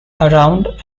around